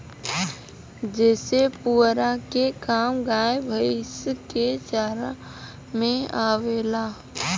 जेसे पुआरा के काम गाय भैईस के चारा में आवेला